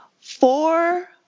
four